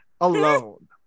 alone